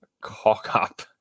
cock-up